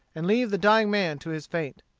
and leave the dying man to his fate.